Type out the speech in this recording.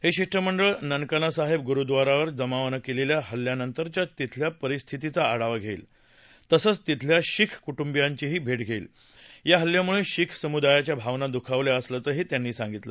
हे शिष्टमंडळ ननकाना साहेब गुरुद्वारावर जमावानं केलेल्या हल्ल्यानंतरच्या तिथल्या परिस्थितीचा आढावा घेईल तसंच तिथल्या शिख कुटुंबियांचीही भेट घेईल या हल्ल्यामुळे शीख समुदायाच्या भावना दुखावल्या असल्याचंही त्यांनी सांगितलं